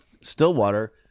Stillwater